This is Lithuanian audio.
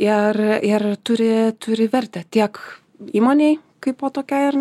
ir ir turi turi vertę tiek įmonei kaipo tokiai ar